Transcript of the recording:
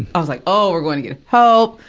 i was, like, oh, we're gonna get help.